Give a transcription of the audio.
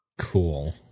cool